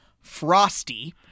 Frosty